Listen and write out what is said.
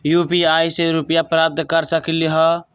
UPI से रुपए प्राप्त कर सकलीहल?